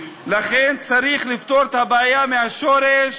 לכן צריך לפתור את הבעיה מהשורש